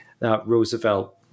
Roosevelt